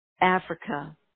Africa